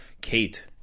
Kate